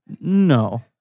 No